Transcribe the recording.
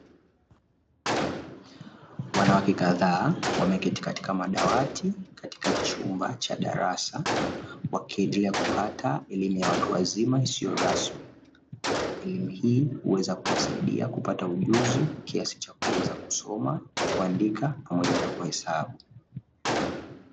Wanawake kadhaa wameketi katika madawati katika chumba cha darasa, wakiendelea kupata elimu ya watu wazima isiyo rasmi. Elimu huweza kuwapatia ujuzi kiasi cha kuweza kusoma, kuandika pamoja na kuhesabu.